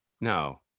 No